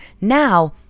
now